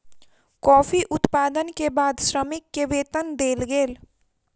coffee उत्पादन के बाद श्रमिक के वेतन देल गेल